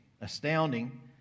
astounding